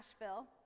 Nashville